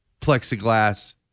plexiglass